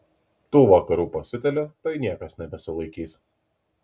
tų vakarų pasiutėlių tuoj niekas nebesulaikys